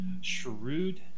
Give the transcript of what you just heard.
Shrewd